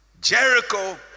Jericho